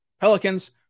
Pelicans